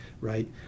right